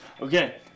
Okay